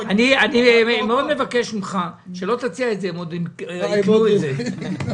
אני מבקש ממך שלא תציע את זה, הם עוד יקנו את זה.